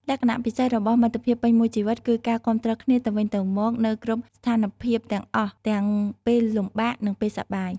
លក្ខណៈពិសេសរបស់មិត្តភាពពេញមួយជីវិតគឺការគាំទ្រគ្នាទៅវិញទៅមកនៅគ្រប់ស្ថានភាពទាំងអស់ទាំងពេលលំបាកនិងពេលសប្បាយ។